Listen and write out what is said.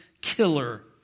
killer